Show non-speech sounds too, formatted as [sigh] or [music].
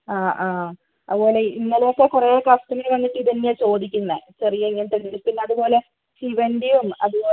ആ ആ അതുപോലെ ഇന്നലത്തെ കുറേ കസ്റ്റമർ വന്നിട്ട് ഇതു തന്നെയാണ് ചോദിക്കുന്നത് ചെറിയ ഇങ്ങനത്തെ [unintelligible] അതുപോലെ ശിവൻ്റെയും അതുപോലെ